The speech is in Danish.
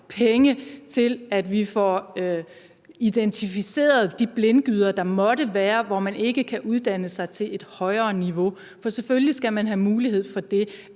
penge til, at vi får identificeret de blindgyder, der måtte være, hvor man ikke kan uddanne sig til et højere niveau. For selvfølgelig skal man have mulighed for det.